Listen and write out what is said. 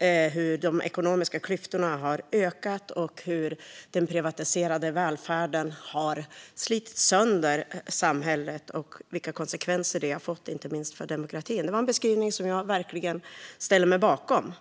om hur de ekonomiska klyftorna har ökat och om hur den privatiserade välfärden har slitit sönder samhället och vilka konsekvenser det har fått, inte minst för demokratin. Det är en beskrivning som jag verkligen ställer mig bakom.